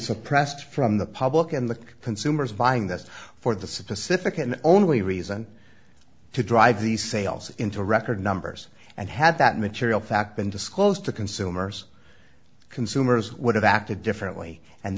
suppressed from the public and the consumers buying this for the suppose if it can only reason to drive these sales into record numbers and had that material fact been disclosed to consumers consumers would have acted differently and